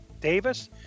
Davis